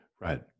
Right